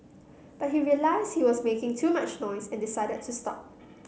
but he realised he was making too much noise and decided to stop